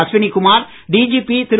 Ashwini Kumar DGP Thiru